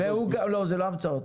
זה לא המצאות.